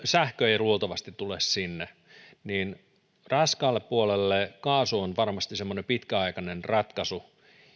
sähkö ei luultavasti tule sinne vaan raskaalle puolelle kaasu on varmasti semmoinen pitkäaikainen ratkaisu